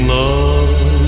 love